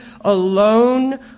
alone